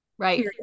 Right